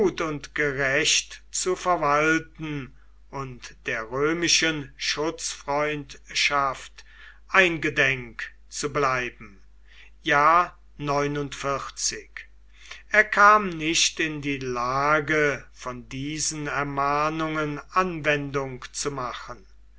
und gerecht zu verwalten und der römischen schutzfreundschaft eingedenk zu bleiben er kam nicht in die lage von diesen ermahnungen anwendung zu machen